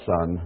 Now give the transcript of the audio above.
Son